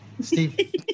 Steve